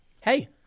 Hey